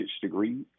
degree